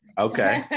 Okay